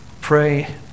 pray